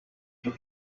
you